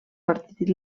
partit